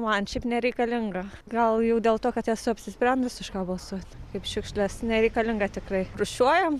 man šiaip nereikalinga gal jau dėl to kad esu apsisprendus už ką balsuot kaip šiukšles nereikalinga tikrai rūšiuojam